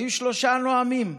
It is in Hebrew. היו שלושה נואמים,